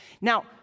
Now